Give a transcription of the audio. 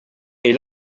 est